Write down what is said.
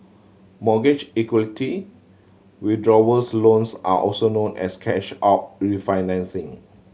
mortgage equity withdrawals loans are also known as cash out refinancing